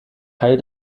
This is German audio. teil